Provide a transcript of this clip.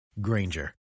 Granger